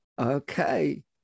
Okay